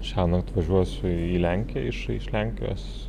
šiąnakt važiuosiu į lenkiją iš lenkijos